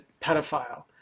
pedophile